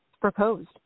proposed